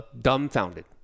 Dumbfounded